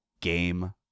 Game